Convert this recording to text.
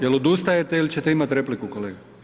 Jel odustajete ili ćete imati repliku kolega?